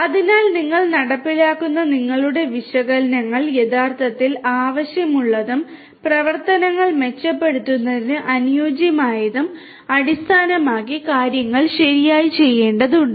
അതിനാൽ നിങ്ങൾ നടപ്പിലാക്കുന്ന നിങ്ങളുടെ വിശകലനങ്ങൾ യഥാർഥത്തിൽ ആവശ്യമുള്ളതും പ്രവർത്തനങ്ങൾ മെച്ചപ്പെടുത്തുന്നതിന് അനുയോജ്യമായതും അടിസ്ഥാനമാക്കി കാര്യങ്ങൾ ശരിയായി ചെയ്യേണ്ടതുണ്ട്